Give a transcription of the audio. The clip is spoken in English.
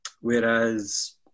whereas